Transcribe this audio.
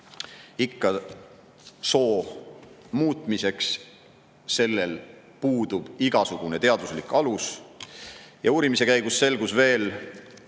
soo muutmiseks – sellel puudub igasugune teaduslik alus. Uurimise käigus selgus veel,